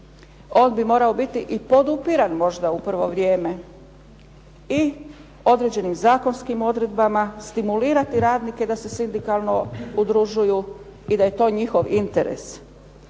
on bi morao biti i podupiran možda u prvo vrijeme i određenim zakonskim odredbama, stimulirati radnike da se sindikalno udružuju i da je to njihov interes.